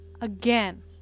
again